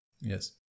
Yes